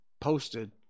posted